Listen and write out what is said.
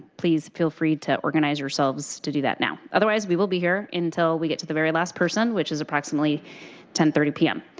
please feel free to organize yourselves to do that now. otherwise we will be here until we get to the very last person which is approximately ten thirty p m.